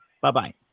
Bye-bye